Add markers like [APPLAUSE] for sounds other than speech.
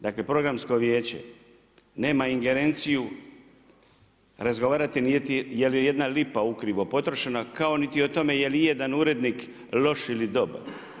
Dakle, programsko vijeće, nema ingerenciju razgovarati … [UNINTELLIGIBLE] je li jedna lipa ukrivo potrošena, kao niti o tome, je li ijedan urednik loš ili dobar.